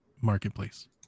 marketplace